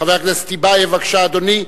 חבר הכנסת טיבייב, בבקשה, אדוני.